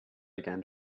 began